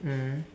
mm